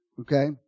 Okay